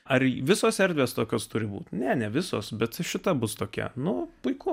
ar visos erdvės tokios turi būti ne visos bet šita bus tokia nu puiku